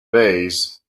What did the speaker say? bays